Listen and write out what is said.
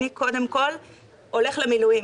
אני קודם כל הולך למילואים.